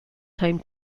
time